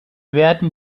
werden